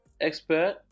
expert